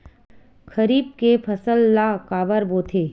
खरीफ के फसल ला काबर बोथे?